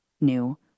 new